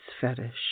fetish